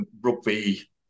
rugby